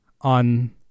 on